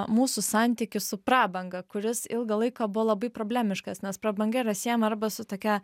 mūsų santykius su prabanga kuris ilgą laiką buvo labai problemiškas nes prabanga yra siejama arba su tokia